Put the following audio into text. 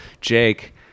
Jake